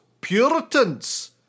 Puritans